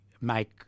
make